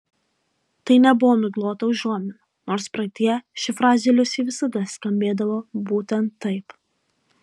tai nebuvo miglota užuomina nors praeityje ši frazė liusei visada skambėdavo būtent taip